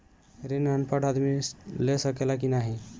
ऋण अनपढ़ आदमी ले सके ला की नाहीं?